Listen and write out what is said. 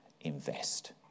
Invest